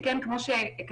שכן כמו שאמרתי,